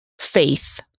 faith